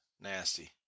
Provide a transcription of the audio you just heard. Nasty